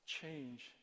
change